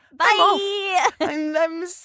Bye